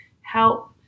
help